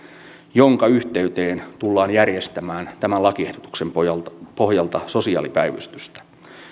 jonka yhteyteen tullaan järjestämään tämän lakiehdotuksen pohjalta pohjalta sosiaalipäivystystä